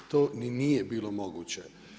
To ni nije bilo moguće.